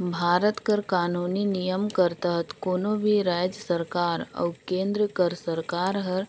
भारत कर कानूनी नियम कर तहत कोनो भी राएज सरकार अउ केन्द्र कर सरकार हर